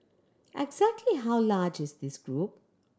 exactly how large is this group